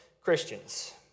Christians